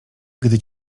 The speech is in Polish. gdy